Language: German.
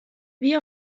wie